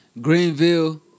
Greenville